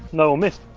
no one missed.